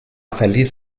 verließ